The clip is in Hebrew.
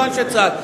לא אנשי צה"ל.